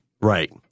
Right